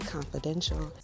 Confidential